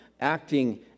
acting